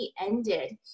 ended